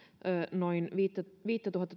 noin viittätuhatta